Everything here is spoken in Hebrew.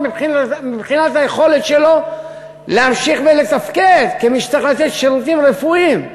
מבחינת היכולת שלו להמשיך ולתפקד כמי שצריך לתת שירותים רפואיים.